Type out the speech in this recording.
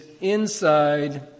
inside